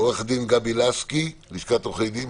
עו"ד גבי לסקי, לשכת עורכי הדין.